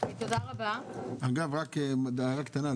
אגב רק הערה קטנה,